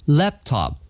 laptop